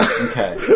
Okay